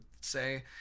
say